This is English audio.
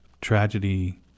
tragedy